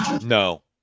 No